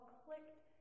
clicked